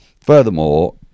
Furthermore